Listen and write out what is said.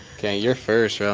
okay your first